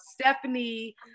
Stephanie